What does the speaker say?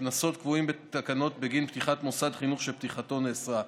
הקנסות הקבועים בתקנות בגין פתיחת מוסד חינוך שפתיחתו נאסרה,